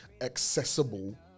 accessible